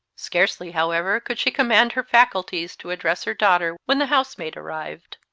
scarcely, however, could she command her faculties to address her daughter when the housemaid arrived.